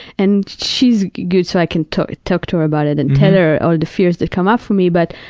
and she's good so i can talk talk to her about it and tell her all ah the fears that come up for me, but